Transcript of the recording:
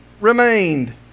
remained